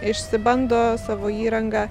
išsibando savo įrangą